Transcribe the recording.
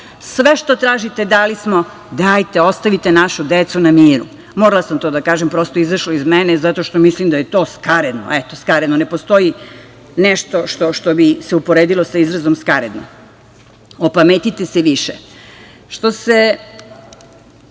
sve što tražite dali smo, dajte, ostavite našu decu na miru. Morala sam to da kažem, prosto je izašlo iz mene, zato što mislim da je to skaradno. Eto, skaradno, ne postoji nešto što bi se uporedilo sa izrazom skaradno. Opametite se više. Što se